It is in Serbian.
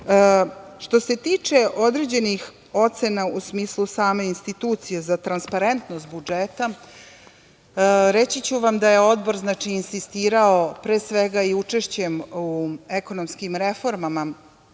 se tiče određenih ocena u smislu same institucije za transparentnost budžeta, reći ću vam da je Odbor insistirao, pre svega, i učešćem u ekonomskim reformama